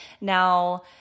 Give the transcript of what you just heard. Now